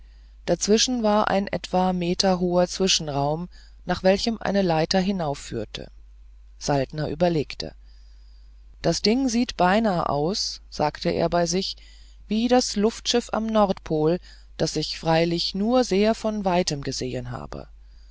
dazwischen war ein etwa meterhoher zwischenraum nach welchem eine leiter hinaufführte saltner überlegte das ding sieht beinahe aus sagte er bei sich wie das luftschiff am nordpol das ich freilich nur sehr von weitem gesehen habe